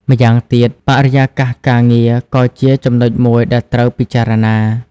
ម្យ៉ាងទៀត បរិយាកាសការងារ ក៏ជាចំណុចមួយដែលត្រូវពិចារណា។